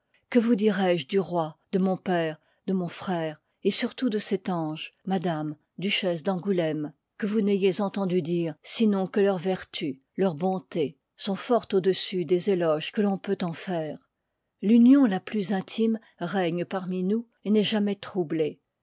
que vous dirois je du roi de mon père de mon frère et surtout de cet ange madame duchesse d'angouléme que vous n'ayiez m entendu dire sinon que leurs vertus leurs bontés sont fort au-dessus des éloges que l'on peut en faire l'union la plus intime règne parmi nous et n'est jamais troublée